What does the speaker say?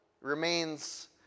remains